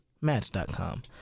Match.com